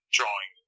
drawing